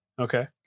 Okay